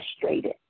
frustrated